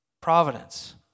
Providence